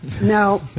No